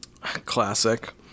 Classic